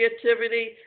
creativity